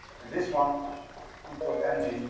and this one equals mg